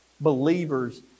believers